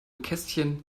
kästchen